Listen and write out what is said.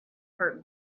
heart